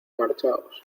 marchaos